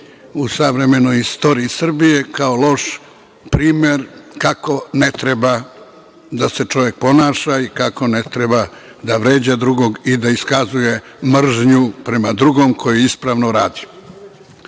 u savremenoj istoriji Srbije kao loš primer kako ne treba da se čovek ponaša i kako ne treba da vređa drugog i da iskazuje mržnju prema drugome ko ispravno radi. Mi